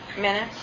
minutes